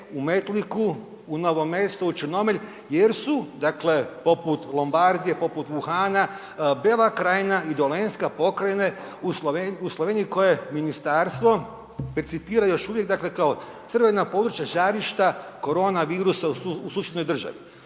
u Metliku, u Novo Mesto, u Črnomelj jer su, dakle poput Lombardije, poput Wuhana, Bela krajina i Dolenjska pokrajine u Sloveniji koje ministarstvo percipira još uvijek, dakle kao crvena područja, žarišta koronavirusa u susjednoj državi.